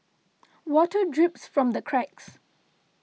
water drips from the cracks